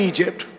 Egypt